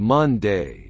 Monday